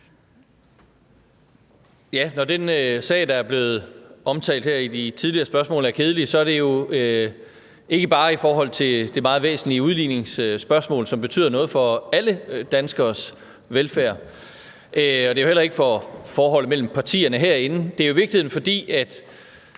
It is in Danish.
Når den sag, der er blevet omtalt her i de tidligere spørgsmål, er kedelig, så er det jo ikke bare i forhold til det meget væsentlige udligningsspørgsmål, som betyder noget for alle danskeres velfærd, eller i forhold til forholdet mellem partierne herinde. Jeg tror, at det, der har